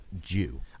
Jew